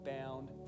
bound